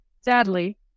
Sadly